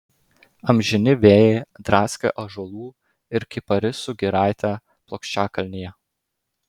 amžini vėjai draskė ąžuolų ir kiparisų giraitę plokščiakalnyje